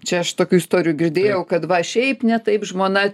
čia aš tokių istorijų girdėjau kad va šiaip ne taip žmona